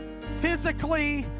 physically